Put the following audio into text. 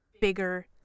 bigger